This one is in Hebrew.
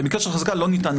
שיהיה כתוב